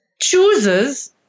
chooses